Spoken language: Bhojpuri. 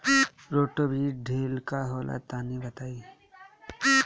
रोटो बीज ड्रिल का होला तनि बताई?